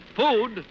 food